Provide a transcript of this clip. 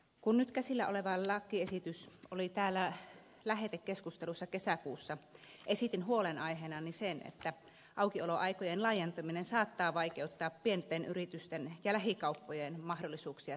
kun nyt käsillä oleva lakiesitys oli täällä lähetekeskustelussa kesäkuussa esitin huolenaiheenani sen että aukioloaikojen laajentaminen saattaa vaikeuttaa pienten yritysten ja lähikauppojen mahdollisuuksia selvitä